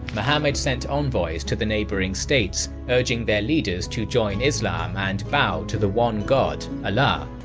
muhammad sent envoys to the neighboring states urging their leaders to join islam and bow to the one god allah.